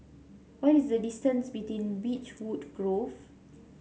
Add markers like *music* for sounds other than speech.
what is the distance *unintelligible* Beechwood Grove